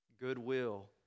goodwill